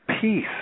Peace